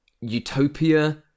utopia